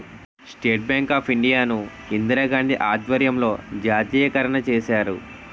state bank of India ను ఇందిరాగాంధీ ఆధ్వర్యంలో జాతీయకరణ చేశారు